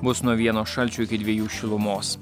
bus nuo vieno šalčio iki dviejų šilumos